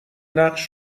نقش